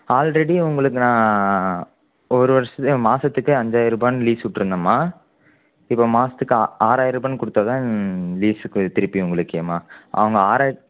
already உங்களுக்கு நான் ஒரு வருஷத்து மாசத்துக்கு அஞ்சாயரூபான்னு லீஸ் விட்டுருந்தேம்மா இப்போ மாசத்துக்கு ஆ ஆறாயிரூபான்னு கொடுத்தாதான் லீஸுக்கு திருப்பியும் உங்களுக்கேம்மா அவங்க ஆறாயிரத்